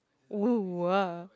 !woah!